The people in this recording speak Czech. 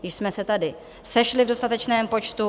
Již jsme se tady sešli v dostatečném počtu.